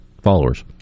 followers